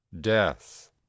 Death